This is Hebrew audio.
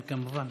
בבקשה.